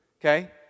Okay